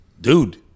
dude